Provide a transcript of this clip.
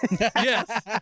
Yes